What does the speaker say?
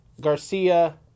Garcia